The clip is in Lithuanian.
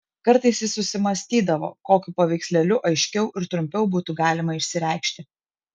kartais jis susimąstydavo kokiu paveikslėliu aiškiau ir trumpiau būtų galima išsireikšti